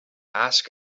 ask